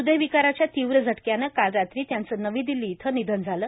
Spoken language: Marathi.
हृदयविकाराच्या तीव्र झटक्यानं काल रात्री त्यांचं नवी दिल्ली इथं निधन झालं